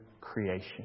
creation